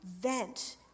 vent